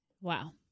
Wow